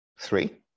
Three